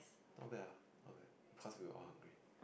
not bad lah not bad cause we were all hungry